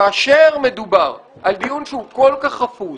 כאשר מדובר על דיון כל כך חפוז,